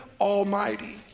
Almighty